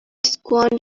squander